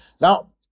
Now